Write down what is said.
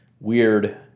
weird